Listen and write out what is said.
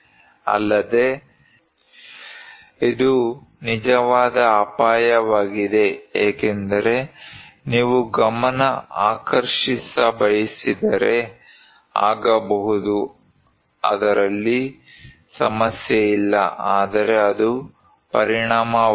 ಅಲ್ಲದೆ ಇದು ನಿಜವಾದ ಅಪಾಯವಾಗಿದೆ ಏಕೆಂದರೆ ನೀವು ಗಮನ ಆಕರ್ಷಿಸ ಬಯಸಿದರೆ ಆಗಬಹುದು ಅದರಲ್ಲಿ ಸಮಸ್ಯೆ ಇಲ್ಲ ಆದರೆ ಅದು ಪರಿಣಾಮವಾಗಿದೆ